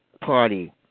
party